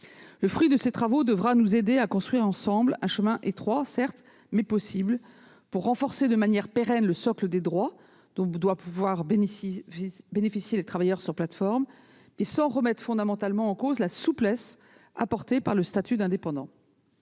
Le fruit de ses travaux devra nous aider à construire ensemble un chemin certes étroit, mais possible pour renforcer de manière pérenne le socle des droits dont doivent bénéficier les travailleurs des plateformes, sans remettre fondamentalement en cause la souplesse apportée par le statut d'indépendant.